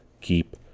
keep